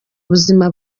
buzima